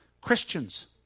Christians